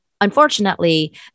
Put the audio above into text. Unfortunately